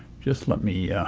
just let me